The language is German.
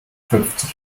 fünfzig